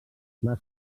les